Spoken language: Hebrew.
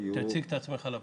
תציג את עצמך לפרוטוקול.